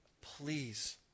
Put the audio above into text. please